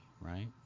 right